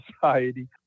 society